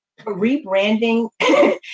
Rebranding